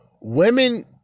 Women